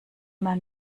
man